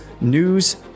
news